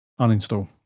Uninstall